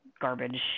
garbage